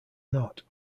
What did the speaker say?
not